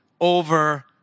over